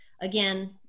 again